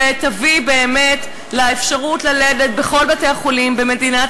שתביא באמת לאפשרות ללדת בכל בתי-החולים במדינת